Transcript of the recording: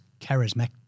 charismatic